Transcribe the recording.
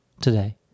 today